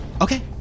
Okay